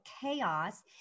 chaos